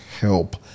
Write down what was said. help